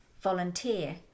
Volunteer